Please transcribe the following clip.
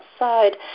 outside